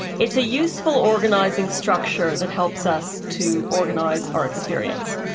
it's a useful organising structure that helps us to organise our experience.